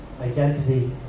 Identity